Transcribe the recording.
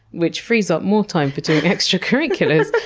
which frees up more time for doing extracurriculars.